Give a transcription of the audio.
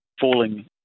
falling